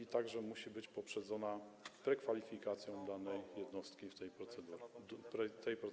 Ona także musi być poprzedzona prekwalifikacją danej jednostki w tej procedurze.